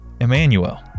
Emmanuel